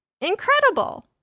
incredible